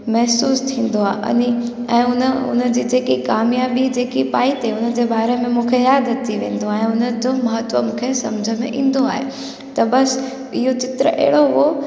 महिसूसु थींदो आहे अने ऐं उन उन जी जेकी कामयाबी जेकी पाई अथई उन जे बारे में मूंखे यादि अची वेंदो आहे उन जो महत्व मूंखे सम्झ में ईंदो आहे त बस इहो चित्र अहिड़ो हुओ